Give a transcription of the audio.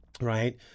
right